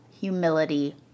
humility